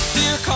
Dear